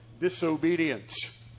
disobedience